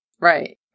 right